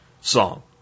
song